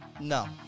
No